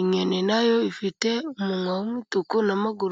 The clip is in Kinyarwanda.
inyoni na yo ifite umunwa w'umutuku na muguru.